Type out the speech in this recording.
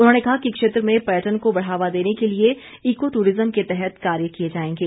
उन्होंने कहा कि क्षेत्र में पर्यटन को बढ़ावा देने के लिए इको टूरिज्म के तहत कार्य किए जाएंगे